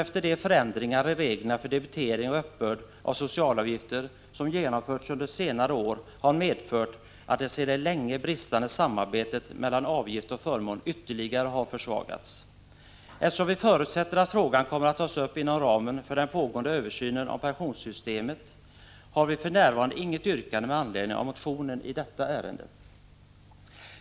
De förändringar i reglerna för debitering och uppbörd av socialavgifter som har genomförts under senare år har medfört att det sedan länge bristande samarbetet mellan avgift och förmån ytterligare har försvagats. Eftersom vi förutsätter att frågan kommer att tas upp inom ramen för den pågående översynen av pensionssystemet har vi för närvarande inget yrkande med anledning av motionen i detta ärende.